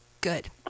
Good